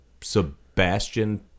Sebastian